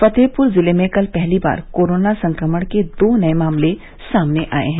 फतेहपुर जिले में कल पहली बार कोरोना संक्रमण के दो नए मामले सामने आए हैं